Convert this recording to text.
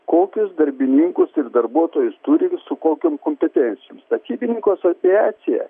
kokius darbininkus ir darbuotojus turi ir su kokiom kompetencijom statybininkų asociacija